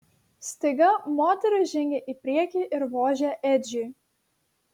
staiga moteris žengė į priekį ir vožė edžiui